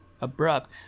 abrupt